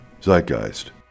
Zeitgeist